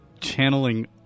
channeling